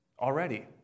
Already